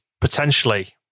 potentially